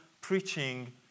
preaching